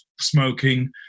smoking